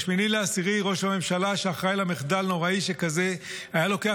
ב-8 באוקטובר ראש הממשלה שאחראי למחדל נוראי שכזה היה לוקח